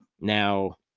Now